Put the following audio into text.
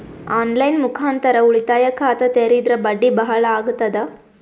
On line ಮುಖಾಂತರ ಉಳಿತಾಯ ಖಾತ ತೇರಿದ್ರ ಬಡ್ಡಿ ಬಹಳ ಅಗತದ?